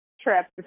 trip